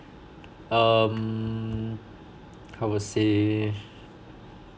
um I would say